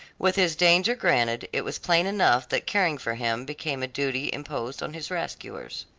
with his danger granted, it was plain enough that caring for him became a duty imposed on his rescuers.